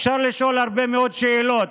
אפשר לשאול הרבה מאוד שאלות.